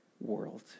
world